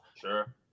Sure